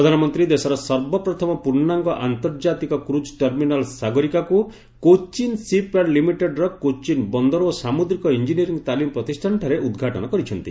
ପ୍ରଧାନମନ୍ତ୍ରୀ ଦେଶର ସର୍ବପ୍ରଥମ ପୂର୍ଣ୍ଣାଙ୍ଗ ଆନ୍ତର୍ଜାତିକ କ୍ରୁଜ୍ ଟର୍ମିନାଲ୍ ସାଗରିକାକୁ କୋଚିନ୍ ସି ପ୍ୟାଡ୍ ଲିମିଟେଡ୍ର କୋଚିନ ବନ୍ଦର ଓ ସାମୁଦ୍ରିକ ଇଞ୍ଜିନିୟରିଂ ତାଲିମ ପ୍ରତିଷ୍ଠାନଠାରେ ଉଦ୍ଘାଟନ କରିଛନ୍ତି